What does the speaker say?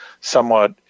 somewhat